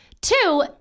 Two